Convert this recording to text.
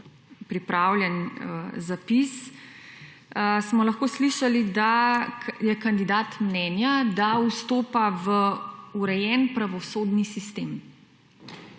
pripravljen zapis, smo lahko slišali, da je kandidat mnenja, da vstopa v urejen pravosodni sistem.